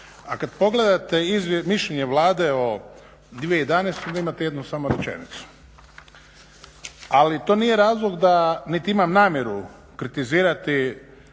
A kad pogledate mišljenje Vlade o 2011. onda imate jednu samo rečenicu. Ali to nije razlog niti imam namjeru kritizirati